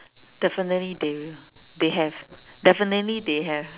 definitely they will they have definitely they have